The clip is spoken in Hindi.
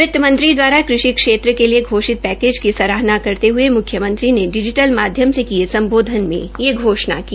वित्त मंत्री द्वारा कृषि क्षेत्र के लिए घोषित पैकेज की सराहना करते हुए मुख्यमंत्री मनोहर लाल ने डिजीटल माध्यम से किए संबोधन में यह घोषणा की